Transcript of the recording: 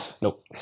Nope